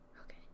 Okay